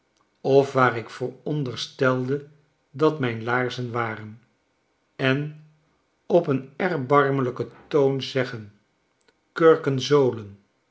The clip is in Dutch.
of waar ik veronderstelde dat mijn laarzen waren en op een erbarmelijken toon zeggen kurken zolen